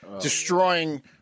destroying